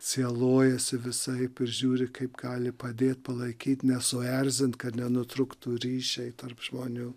sielojasi visaip ir žiūri kaip gali padėt palaikyt nesuerzint kad nenutrūktų ryšiai tarp žmonių